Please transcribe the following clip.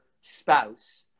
spouse